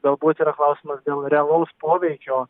galbūt yra klausimas dėl realaus poveikio